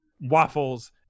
waffles